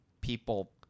people